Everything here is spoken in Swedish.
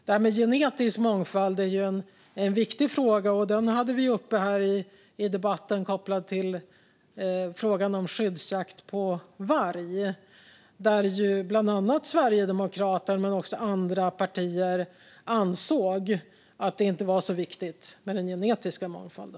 Detta med genetisk mångfald är en viktig fråga som vi hade uppe i debatten när det gällde skyddsjakt på varg, där ju bland annat Sverigedemokraterna och även andra partier ansåg att den genetiska mångfalden inte är så viktig.